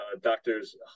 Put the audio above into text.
doctors